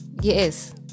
yes